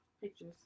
pictures